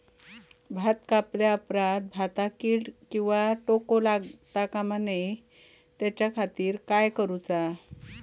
भात कापल्या ऑप्रात भाताक कीड किंवा तोको लगता काम नाय त्याच्या खाती काय करुचा?